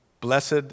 Blessed